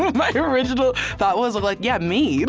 my original thought was, like yeah me.